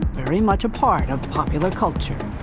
very much a part of popular culture.